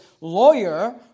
lawyer